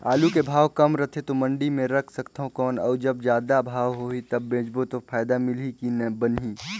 आलू के भाव कम रथे तो मंडी मे रख सकथव कौन अउ जब जादा भाव होही तब बेचबो तो फायदा मिलही की बनही?